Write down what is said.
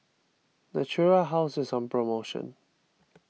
Natura House is on promotion